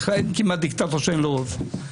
אין כמעט דיקטטור שאין לו רוב.